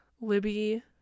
Libby